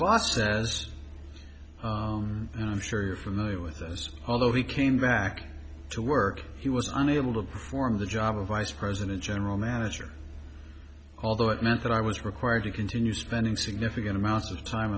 boss says i'm sure you're familiar with those although he came back to work he was unable to perform the job of vice president general manager although it meant that i was required to continue spending significant amounts of time